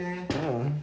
ya